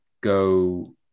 go